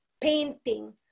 painting